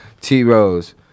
T-Rose